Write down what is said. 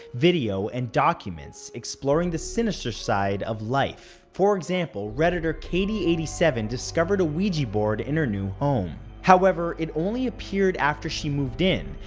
video, and documents exploring the sinister side of life. for example, redditor k a seven discovered a ouija board in her new home. however, it only appeared after she moved in,